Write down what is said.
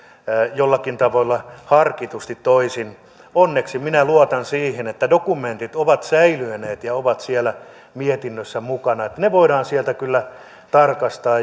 joillakin tavoilla harkitusti toisin onneksi minä luotan siihen että dokumentit ovat säilyneet ja ovat siellä mietinnössä mukana että ne voidaan sieltä kyllä tarkastaa